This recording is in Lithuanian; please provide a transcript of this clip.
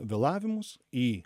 vėlavimus į